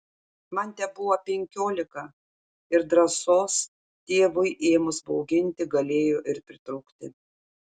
man tebuvo penkiolika ir drąsos tėvui ėmus bauginti galėjo ir pritrūkti